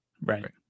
Right